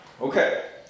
Okay